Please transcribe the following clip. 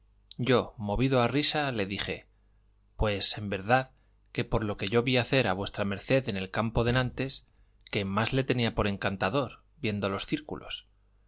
yo movido a risa le dije pues en verdad que por lo que yo vi hacer a v md en el campo denantes que más le tenía por encantador viendo los círculos